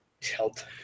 Tilt